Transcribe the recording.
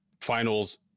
finals